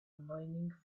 mining